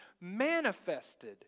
manifested